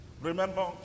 remember